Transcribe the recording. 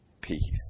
peace